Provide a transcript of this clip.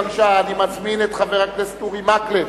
בבקשה, אני מזמין את חבר הכנסת אורי מקלב,